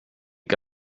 que